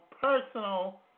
personal